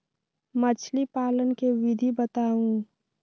मछली पालन के विधि बताऊँ?